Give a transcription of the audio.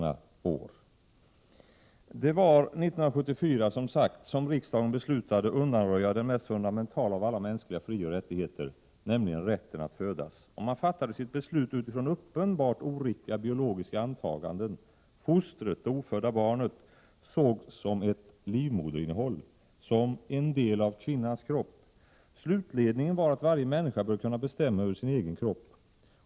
Det var som sagt 1974 som riksdagen beslutade undanröja den mest fundamentala av alla mänskliga frioch rättigheter, nämligen rätten att födas. Och man fattade sitt beslut på grundval av uppenbart oriktiga biologiska antaganden. Fostret— det ofödda barnet — sågs som ett ”livmoderinnehåll”, som ”en del av kvinnans kropp”. Slutledningen var att varje människa bör kunna bestämma över sin egen kropp.